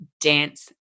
dance